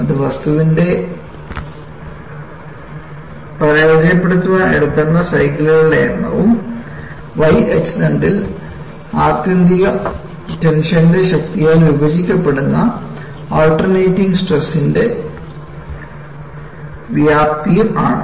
അത് വസ്തുവിൻറെ പരാജയപ്പെടുത്തുവാൻ എടുക്കുന്ന സൈക്കിളുകളുടെ എണ്ണവും y അച്ചുതണ്ടിൽ ആത്യന്തിക ടെൻഷൻത്തിന്റെ ശക്തിയാൽ വിഭജിക്കപ്പെടുന്ന ആൾട്ടർനേറ്റിംഗ് സ്ട്രെസ്ന്റെ വ്യാപ്തിയും ആണ്